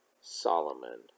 Solomon